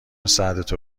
سردتو